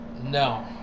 no